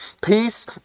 peace